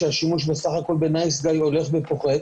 השימוש בסך הכל ב"נייס גאי" הולך ופוחת,